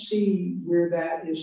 see where that is